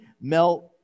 melt